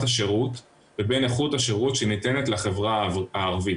השירות לבין איכות השירות שניתנת לחברה הערבית.